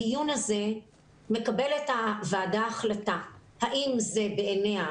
בדיון הזה מקבלת הוועדה החלטה האם זאת בעיניה